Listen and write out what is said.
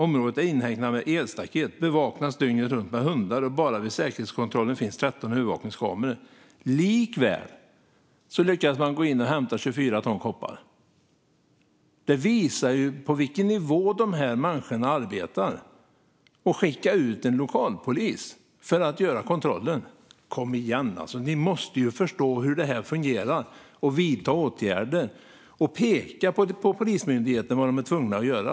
Området är inhägnat med elstaket och bevakas dygnet runt med hundar. Bara vid säkerhetskontrollen finns 13 övervakningskameror. Likväl lyckades någon gå in och hämta 24 ton koppar. Detta visar på vilken nivå dessa människor arbetar. Och att skicka ut en lokalpolis för att göra kontrollen - kom igen alltså! Ni måste förstå hur det här fungerar och vidta åtgärder. Ni måste peka ut för Polismyndigheten vad de är tvungna att göra.